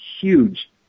huge